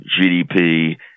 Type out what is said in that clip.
GDP